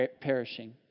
perishing